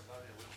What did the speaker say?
כבוד יושב-ראש